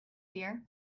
dear